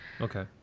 okay